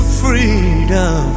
freedom